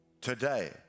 today